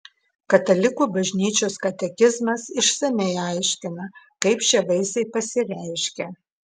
katalikų bažnyčios katekizmas išsamiai aiškina kaip šie vaisiai pasireiškia